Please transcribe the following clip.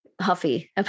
huffy